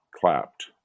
clapped